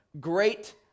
great